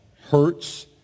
hurts